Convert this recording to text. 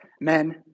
men